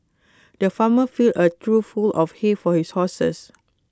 the farmer filled A trough full of hay for his horses